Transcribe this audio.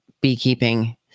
beekeeping